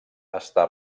està